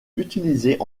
utilisées